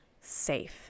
safe